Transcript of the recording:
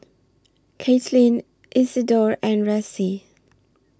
Katlyn Isidor and Ressie